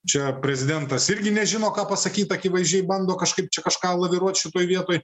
čia prezidentas irgi nežino ką pasakyt akivaizdžiai bando kažkaip čia kažką laviruot šitoje vietoj